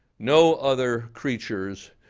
no other creatures,